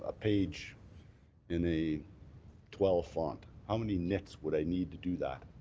ah page in a twelve font, how many nits would i need to do that?